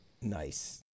Nice